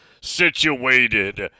situated